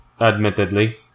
Admittedly